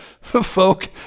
folk